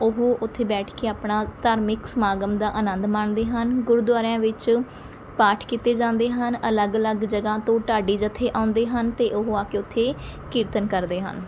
ਉਹ ਉੱਥੇ ਬੈਠ ਕੇ ਆਪਣਾ ਧਾਰਮਿਕ ਸਮਾਗਮ ਦਾ ਅਨੰਦ ਮਾਣਦੇ ਹਨ ਗੁਰਦੁਆਰਿਆਂ ਵਿੱਚ ਪਾਠ ਕੀਤੇ ਜਾਂਦੇ ਹਨ ਅਲੱਗ ਅਲੱਗ ਜਗ੍ਹਾ ਤੋਂ ਢਾਡੀ ਜੱਥੇ ਆਉਂਦੇ ਹਨ ਅਤੇ ਉਹ ਆ ਕੇ ਉੱਥੇ ਕੀਰਤਨ ਕਰਦੇ ਹਨ